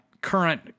current